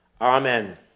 Amen